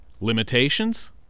Limitations